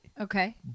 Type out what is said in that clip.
Okay